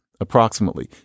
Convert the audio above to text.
approximately